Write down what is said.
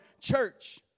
church